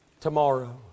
tomorrow